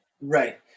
Right